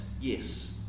yes